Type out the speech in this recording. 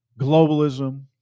Globalism